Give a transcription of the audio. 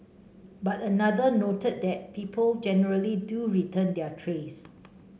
but another noted that people generally do return their trays